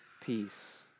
peace